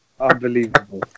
Unbelievable